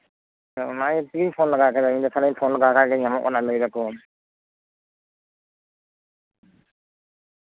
ᱚᱱᱟ ᱦᱚᱛᱮᱡ ᱛᱮᱜᱤᱧ ᱯᱷᱳᱱ ᱞᱮᱜᱟ ᱠᱮᱫᱟ ᱧᱟᱢᱚᱜ ᱠᱟᱱᱟ ᱞᱟᱹᱭᱫᱟᱠᱚ